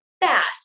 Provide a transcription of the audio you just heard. fast